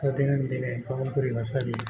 ପ୍ରତିଦିନ ଦିନେ ସମ୍ବଲପୁରୀ ଭାଷା ବି